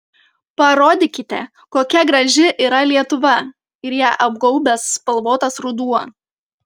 parodykite kokia graži yra lietuva ir ją apgaubęs spalvotas ruduo